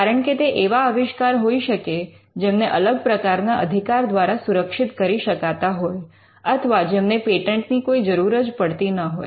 કારણ કે તે એવા આવિષ્કાર હોઈ શકે જેમને અલગ પ્રકારના અધિકાર દ્વારા સુરક્ષિત કરી શકાતા હોય અથવા જેમને પેટન્ટની કોઈ જરૂર જ પડતી ન હોય